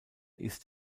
ist